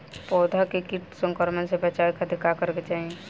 पौधा के कीट संक्रमण से बचावे खातिर का करे के चाहीं?